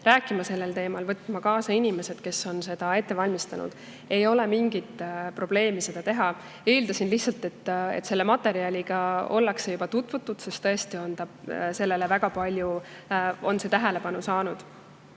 rääkima sellel teemal, võtma kaasa inimesed, kes on seda ette valmistanud. Ei ole mingi probleem seda teha. Eeldasin lihtsalt, et selle materjaliga ollakse juba tutvutud, sest see tõesti on väga palju tähelepanu saanud.